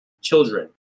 Children